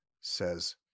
says